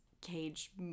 cage